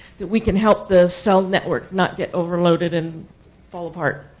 that we can help the cell network not get overloaded and fall apart.